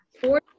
four